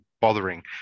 bothering